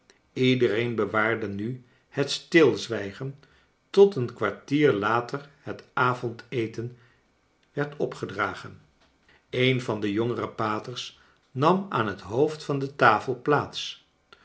iedereen bewaarde nu het stilzwijgen tot een kwartier later het avondeten werd opgedragen een van de jongere paters nam aan liet hoofd van de tafel plaats